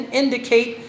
indicate